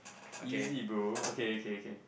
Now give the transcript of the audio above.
easy bro okay okay okay